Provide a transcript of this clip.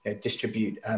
distribute